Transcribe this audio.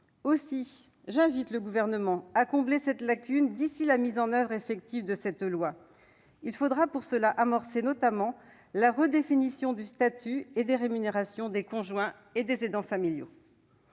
Aussi, j'invite le Gouvernement à combler cette lacune d'ici à la mise en oeuvre effective de cette loi. Pour cela, il faudra notamment amorcer la redéfinition du statut et des rémunérations des conjoints et des aidants familiaux.